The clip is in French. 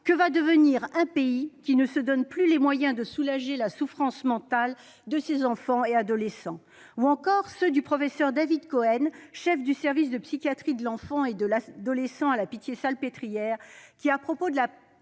que va devenir un pays qui ne se donne plus les moyens de soulager la souffrance mentale de ses enfants et adolescents, ou encore ceux du professeur David Cohen, chef du service de psychiatrie de l'enfant et de l'adolescent à la Pitié-Salpêtrière, qui, à propos de la